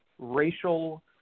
racial